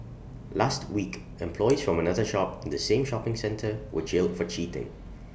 last week employees from another shop in the same shopping centre were jailed for cheating